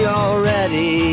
already